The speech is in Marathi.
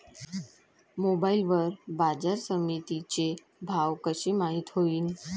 मोबाईल वर बाजारसमिती चे भाव कशे माईत होईन?